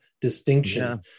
distinction